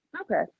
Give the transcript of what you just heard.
Okay